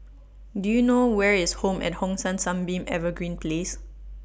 Do YOU know Where IS Home At Hong San Sunbeam Evergreen Place